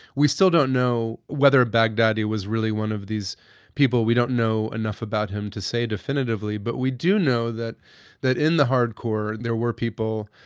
we still don't know whether baghdadi was really one of these people. we don't know enough about him to say definitively, but we do know that that in the hardcore, there were people,